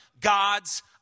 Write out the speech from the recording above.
God's